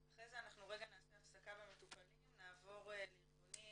תודה לך.